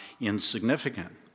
insignificant